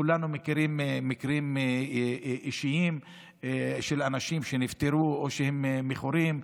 כולנו מכירים מקרים אישיים של אנשים שנפטרו או שהם מכורים.